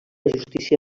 justícia